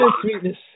sweetness